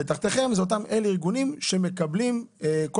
תחתיכם אלה אותם ארגונים שמקבלים כל